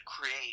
create